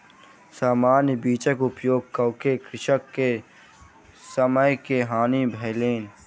सामान्य बीजक उपयोग कअ के कृषक के समय के हानि भेलैन